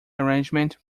arrangement